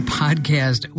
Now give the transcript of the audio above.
podcast